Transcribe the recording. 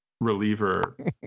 reliever